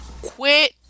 quit